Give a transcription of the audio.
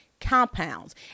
compounds